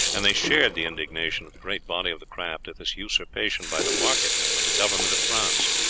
and they shared the indignation of the great body of the craft at this usurpation by the market men of the government of france,